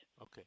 Okay